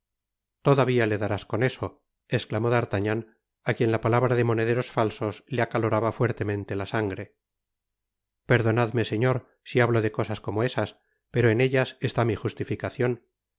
todavia le darás con eso esclamo d'artagnan á quien la palabra de monederos falsos le acaloraba fuertemente la sangre perdonadme señor si hablo de cosas como esas pero en ellas está mi justificacion